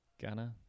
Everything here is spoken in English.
Gunner